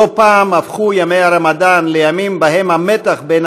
לא פעם הפכו ימי הרמדאן לימים שבהם המתח בין